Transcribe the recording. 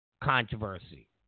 controversy